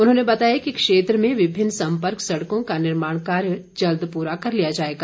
उन्होंने बताया कि क्षेत्र में विभिन्न संपर्क सड़कों का निर्माण कार्य जल्द पूरा कर लिया जाएगा